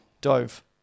Dove